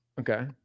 Okay